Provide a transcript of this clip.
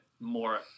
more